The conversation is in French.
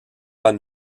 pas